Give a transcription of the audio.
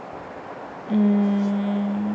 mm